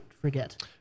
forget